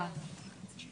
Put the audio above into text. (מדבר